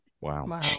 Wow